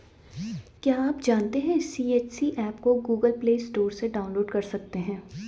क्या आप जानते है सी.एच.सी एप को गूगल प्ले स्टोर से डाउनलोड कर सकते है?